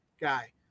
guy